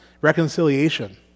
reconciliation